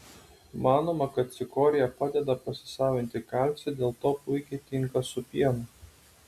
manoma kad cikorija padeda pasisavinti kalcį dėl to puikiai tinka su pienu